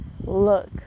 look